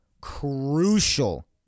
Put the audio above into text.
crucial